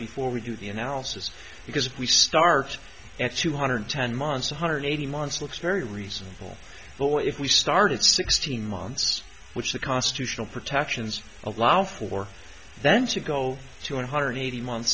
before we do the analysis because if we start x two hundred ten months one hundred eighty months looks very reasonable but what if we started sixteen months which the constitutional protections allow for then to go to one hundred eighty month